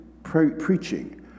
Preaching